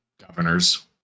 governors